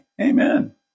Amen